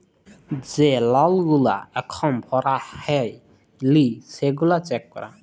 যে লল গুলা এখল ভরা হ্যয় লি সেগলা চ্যাক করা